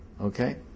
okay